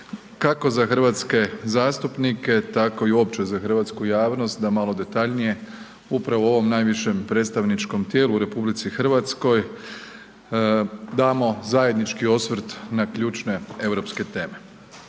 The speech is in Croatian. kako za hrvatske zastupnike, tako i uopće za hrvatsku javnost da malo detaljnije upravo u ovom najvišem predstavničkom tijelu u RH damo zajednički osvrt na ključne europske teme.